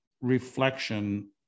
reflection